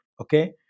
okay